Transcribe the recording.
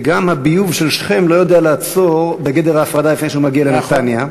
וגם הביוב של שכם לא יודע לעצור בגדר ההפרדה לפני שהוא מגיע לנתניה.